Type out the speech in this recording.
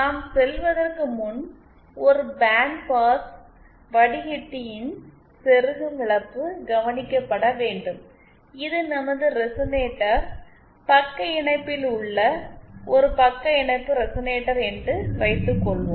நாம் செல்வதற்கு முன் ஒரு பேண்ட் பாஸ் வடிகட்டியின் செருகும் இழப்பு கவனிக்கபட வேண்டும் இது நமது ரெசனேட்டர் பக்க இணைப்பில் உள்ள ஒரு பக்க இணைப்பு ரெசனேட்டர் என்று வைத்துக்கொள்வோம்